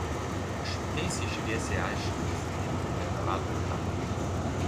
aš jums teisiai šviesiai aiškinu sovietinių melioratorių taktiką